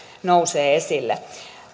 nousee esille